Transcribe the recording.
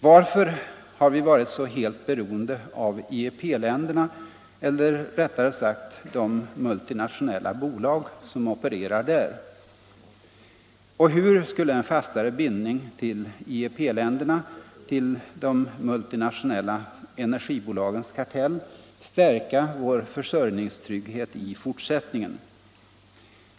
Varför har vi varit så helt beroende av IEP-länderna eller rättare sagt de multinationella bolag som opererar där? Och hur skulle en fastare bindning till ”IEP-länderna”, till de multinationella energibolagens kartell, stärka vår försörjningstrygghet i fortsättningen?